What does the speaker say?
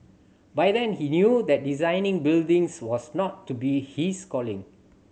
by then he knew that designing buildings was not to be his calling